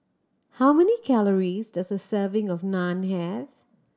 how many calories does a serving of Naan have